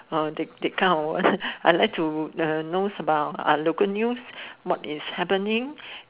uh that that kind of I like to uh know about uh local news what is happening